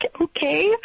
okay